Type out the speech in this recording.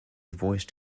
voiced